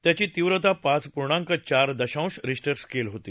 त्याची तीव्रता पाच पूर्णांक चार दशांश रिश्टर स्केल होती